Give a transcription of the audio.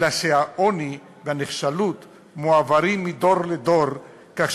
אלא שהעוני והנחשלות מועברים מדור לדור כך